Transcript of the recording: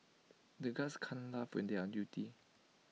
the guards can't laugh when they are on duty